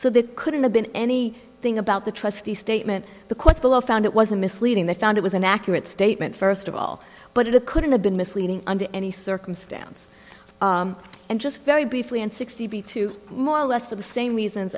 so that couldn't have been any thing about the trustee statement the quotes below found it was a misleading they found it was an accurate statement first of all but it couldn't have been misleading under any circumstance and just very briefly and sixty two more or less the same reasons